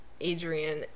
Adrian